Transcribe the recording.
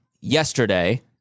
yesterday